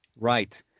Right